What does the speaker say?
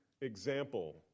example